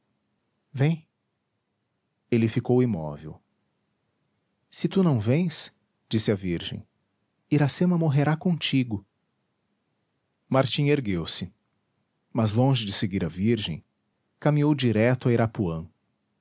vem ele ficou imóvel se tu não vens disse a virgem iracema morrerá contigo martim ergueu-se mas longe de seguir a virgem caminhou direito a irapuã